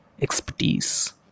expertise